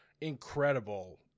incredible